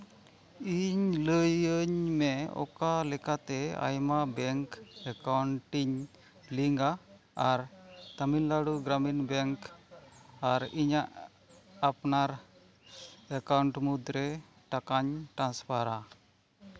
ᱤᱧ ᱞᱟᱹᱭᱟᱧ ᱢᱮ ᱚᱠᱟ ᱞᱮᱠᱟᱛᱮ ᱟᱭᱢᱟ ᱵᱮᱝᱠ ᱮᱹᱠᱟᱣᱩᱱᱴ ᱤᱧ ᱞᱤᱝᱠᱼᱟ ᱟᱨ ᱛᱟᱹᱢᱤᱞᱱᱟᱹᱲᱩ ᱜᱨᱟᱢᱤᱱ ᱵᱮᱝᱠ ᱟᱨ ᱤᱧᱟᱹᱜ ᱟᱯᱱᱟᱨ ᱮᱹᱠᱟᱣᱩᱱᱴ ᱢᱩᱫᱽᱨᱮ ᱴᱟᱠᱟᱧ ᱴᱨᱟᱱᱥᱯᱷᱟᱨᱟ